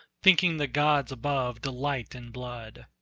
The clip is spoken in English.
thinking the gods above delight in blood.